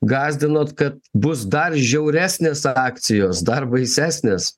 gąsdinot kad bus dar žiauresnės akcijos dar baisesnės